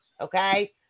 Okay